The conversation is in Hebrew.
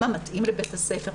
מה מתאים לבית הספר,